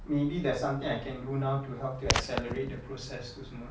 maybe there's something I can do now to help to accelerate the process also mah